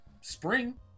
spring